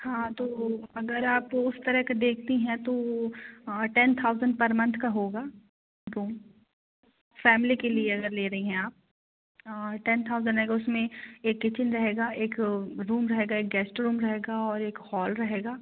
हाँ तो अगर आप उस तरह के देखती हैं तो टेन थाउज़ेन्ड पर मंथ का होगा तो फैमली के लिए अगर ले रही हैं आप और टेन थाउज़ेन्ड लगेगा उसमें एक कीचेन रहेगा एक रूम रहेगा एक गेस्ट रूम रहेगा और एक हॉल रहेगा